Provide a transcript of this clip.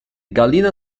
gallina